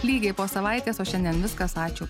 lygiai po savaitės o šiandien viskas ačiū